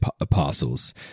apostles